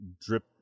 drip